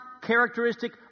characteristic